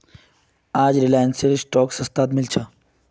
आज रिलायंसेर स्टॉक सस्तात मिल छ